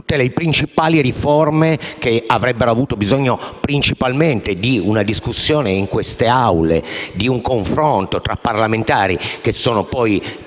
tutto, anche sulle riforme che avrebbero avuto bisogno principalmente di una discussione in queste Aule, di un confronto tra parlamentari, che sono, poi,